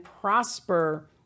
prosper